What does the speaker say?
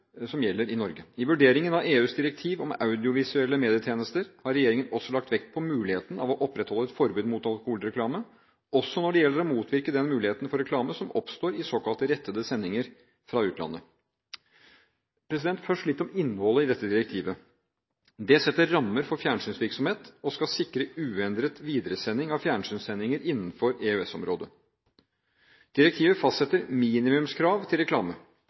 gjelder i Norge. I vurderingen av EUs direktiv om audiovisuelle medietjenester har regjeringen også lagt vekt på muligheten for å opprettholde et forbud mot alkoholreklame, også når det gjelder å motvirke den muligheten for reklame som oppstår i såkalt rettede sendinger fra utlandet. Først litt om innholdet i dette direktivet: Det setter rammer for fjernsynsvirksomhet og skal sikre uendret videresending av fjernsynssendinger innenfor EØS-området. Direktivet fastsetter minimumskrav til reklame.